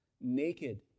Naked